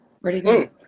Ready